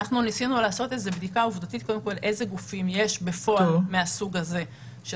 אנחנו ניסינו לעשות איזו בדיקה עובדתית איזה גופים מהסוג הזה יש בפועל,